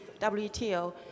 WTO